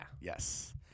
Yes